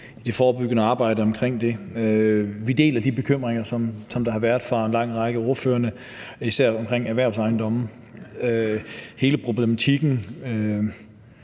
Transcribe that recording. i det forberedende arbejde omkring det. Vi deler de bekymringer, som der har været fra en lang række af ordførerne, især hele problematikken